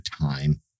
time